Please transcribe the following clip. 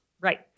Right